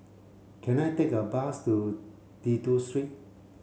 can I take a bus to Dido Street